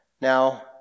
Now